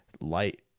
light